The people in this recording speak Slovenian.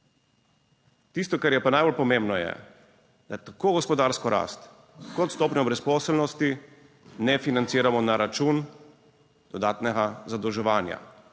Tisto, kar je pa najbolj pomembno je, da tako gospodarsko rast kot stopnjo brezposelnosti ne financiramo na račun dodatnega zadolževanja.